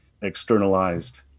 externalized